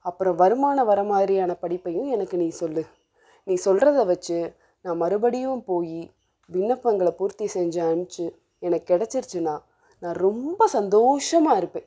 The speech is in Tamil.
அப்புறம் வருமானம் வர்றமாதிரியான படிப்பையும் எனக்கு நீ சொல்லு நீ சொல்கிறத வச்சு நான் மறுபடியும் போய் விண்ணப்பங்களை பூர்த்தி செஞ்சு அனுப்பிச்சி எனக்கு கிடச்சிடுச்சின்னா நான் ரொம்ப சந்தோஷமாக இருப்பேன்